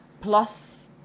plus